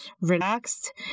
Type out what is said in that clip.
relaxed